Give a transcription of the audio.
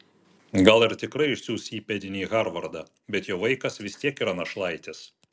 gal ir tikrai išsiųs įpėdinį į harvardą bet jo vaikas vis tiek yra našlaitis